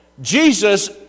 Jesus